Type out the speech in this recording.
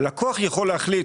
הלקוח יכול להחליט,